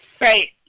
Right